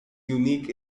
unique